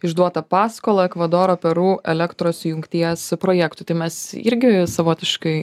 išduotą paskolą ekvadoro peru elektros jungties projektui tai mes irgi savotiškai